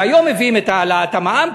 והיום מביאים את העלאת המע"מ.